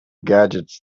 gadgets